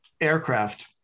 aircraft